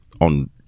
on